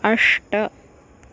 अष्ट